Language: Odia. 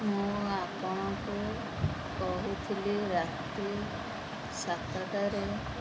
ମୁଁ ଆପଣଙ୍କୁ କହୁଥିଲି ରାତି ସାତଟାରେ